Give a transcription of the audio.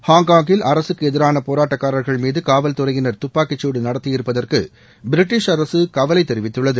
ஹாங்காங்கில் அரசுக்கு எதிரான போராட்டக்காரர்கள்மீது காவல்துறையினர் துப்பாக்கிச் குடு நடத்தியிருப்பதற்கு பிரிட்டிஷ் அரசு கவலை தெரிவித்துள்ளது